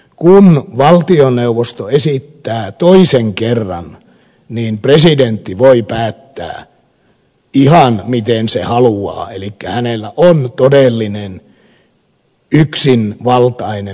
kun valtioneuvosto esittää toisen kerran niin presidentti voi päättää ihan miten hän haluaa elikkä hänellä on todellinen yksinvaltainen päätöksenteko